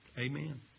Amen